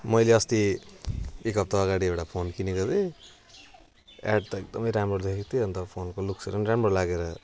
मैले अस्ति एक हप्ताअगाडि एउटा फोन किनेको थिएँ ए्याड त एकदमै राम्रो देखेको थिएँ अनि त फोनको लुक्सहरू नि राम्रो लागेर